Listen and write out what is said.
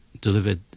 delivered